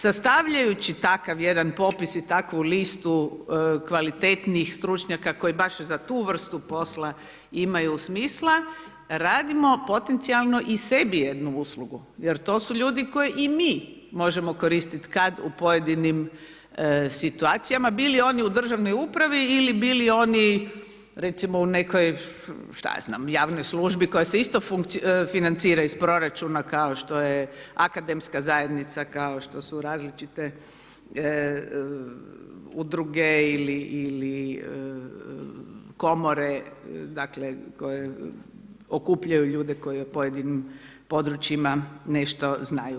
Sastavljajući takav jedan popis i takvu listu kvalitetnih stručnjaka koji baš za tu vrstu posla imaju smisla radimo potencijalno i sebi jednu uslugu jer to su ljudi koje i mi možemo koristiti kad u pojedinim situacijama bili oni u državnoj upravi ili bili oni recimo u nekoj, šta ja znam, javnoj službi koja se isto financira iz proračuna kao što je akademska zajednica, kao što su različite udruge ili komore, dakle koje okupljaju ljude koji o pojedinim područjima nešto znaju.